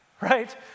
right